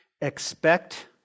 expect